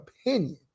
opinion